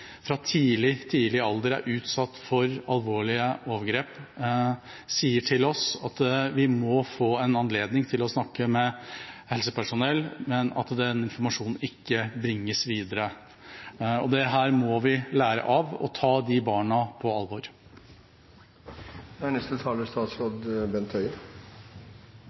fra de barna som fra tidlig, tidlig alder er utsatt for alvorlige overgrep. De sier til oss at vi må få en anledning til å snakke med helsepersonell, men den informasjonen må ikke bringes videre. Dette må vi lære av, og vi må ta de barna på